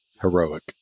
heroic